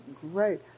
great